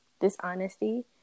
dishonesty